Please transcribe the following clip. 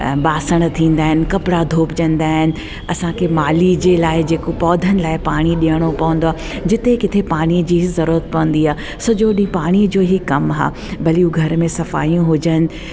बासण थींदा आहिनि कपिड़ा धोपजंदा आहिनि असांखे माली जे लाइ जेको पौधनि लाइ पाणी ॾियणो पवंदो आहे जिते किते पाणी जी ज़रूरुत पवंदी आ सॼो ॾींहुं पाणी जो ई कमु आहे भली उहे घर में सफ़ाइयूं हुजनि